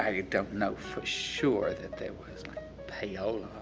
i don't know for sure that there was like, payola,